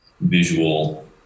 visual